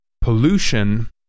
pollution